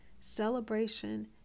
celebration